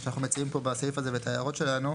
שאנחנו מציעים פה בסעיף הזה ואת ההערות שלנו.